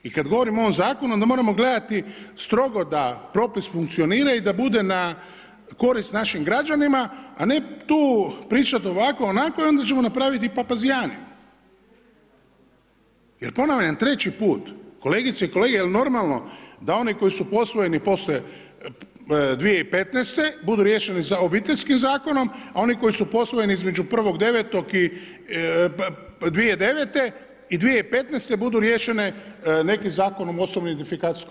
I kad govorimo o ovom zakonu onda moramo gledati strogo da propis funkcionira i da bude na korist našim građanima, a ne tu pričat ovako, onako i onda ćemo napravit papazjaniju, jer ponavljam, treći put, kolegice i kolege jer normalno da oni koji su posvojeni postoje 2015. budu riješeni sa Obiteljskim zakonom, a oni koji su posvojeni između 1.9.2009. i 2015. budu riješene nekim Zakonom o OIB-u.